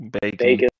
Bacon